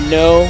no